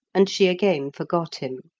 and she again forgot him.